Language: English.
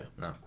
no